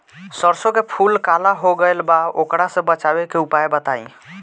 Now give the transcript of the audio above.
सरसों के फूल काला हो गएल बा वोकरा से बचाव के उपाय बताई?